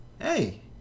hey